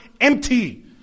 empty